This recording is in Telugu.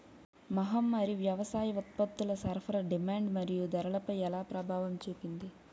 మహమ్మారి వ్యవసాయ ఉత్పత్తుల సరఫరా డిమాండ్ మరియు ధరలపై ఎలా ప్రభావం చూపింది?